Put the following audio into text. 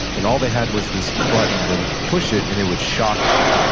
and all they had was this button where they could push it and it would shock them.